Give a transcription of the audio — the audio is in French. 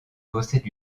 possède